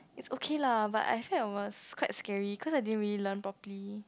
it's okay lah but I said it was quite scary cause I didn't really learn properly